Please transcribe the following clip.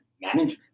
management